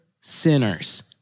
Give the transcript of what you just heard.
sinners